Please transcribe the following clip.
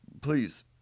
please